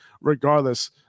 regardless